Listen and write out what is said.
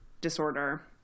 disorder